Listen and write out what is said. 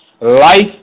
life